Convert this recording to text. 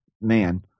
man